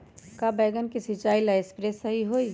का बैगन के सिचाई ला सप्रे सही होई?